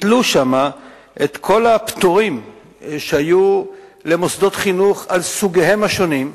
ביטלו שם את כל הפטורים שהיו למוסדות חינוך על סוגיהם השונים,